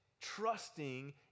trusting